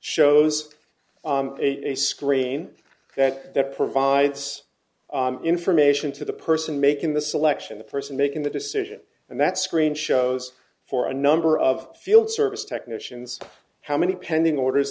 shows a screen that provides information to the person making the selection the person making the decision and that screen shows for a number of field service technicians how many pending orders